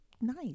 nice